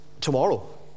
tomorrow